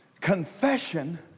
confession